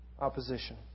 opposition